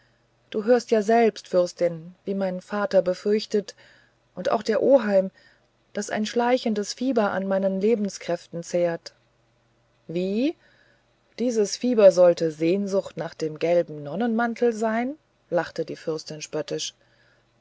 du hörtest ja selbst fürstin wie mein vater befürchtete und auch der oheim daß ein schleichendes fieber an meinen lebenskräften zehre wie dieses fieber sollte sehnsucht nach dem gelben nonnenmantel sein lachte die fürstin spöttisch